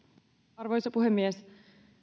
arvoisa puhemies